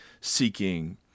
seeking